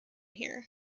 here